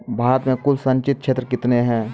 भारत मे कुल संचित क्षेत्र कितने हैं?